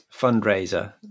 fundraiser